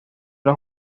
los